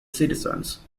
citizens